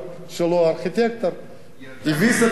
הארכיטקט הביס את הממשלה.